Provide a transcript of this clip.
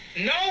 no